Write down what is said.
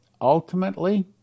ultimately